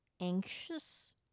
anxious